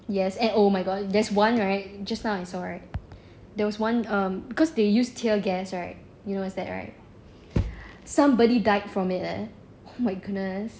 yes and oh my god there's one right just now I saw right there was one um because they use tear gas right you know what's that right somebody died from it leh oh my goodness